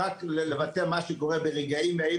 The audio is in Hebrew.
אבל ראיתי את האנשים שלנו שם קורסים בתנאים לא טובים,